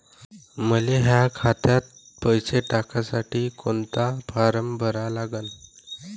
मले माह्या खात्यात पैसे टाकासाठी कोंता फारम भरा लागन?